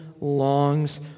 longs